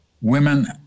women